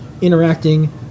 interacting